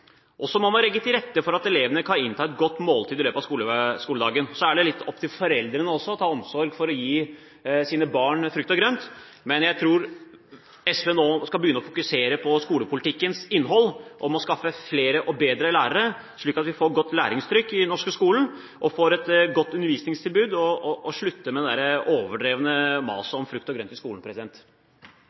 og så må man legge til rette for at elevene kan innta et godt måltid i løpet av skoledagen. Så er det også litt opp til foreldrene å sørge for å gi sine barn frukt og grønt. Jeg synes SV nå bør begynne å fokusere på skolepolitikkens innhold, skaffe flere og bedre lærere, slik at vi får et godt læringstrykk og et godt undervisningstilbud i den norske skolen, og slutte med det overdrevne maset om frukt og grønt i skolen.